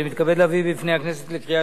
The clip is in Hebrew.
אני מתכבד להביא בפני הכנסת לקריאה